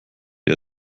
ihr